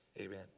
Amen